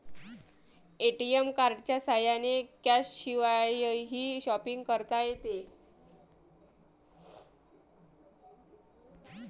ATM कार्डच्या साह्याने कॅशशिवायही शॉपिंग करता येते